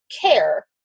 care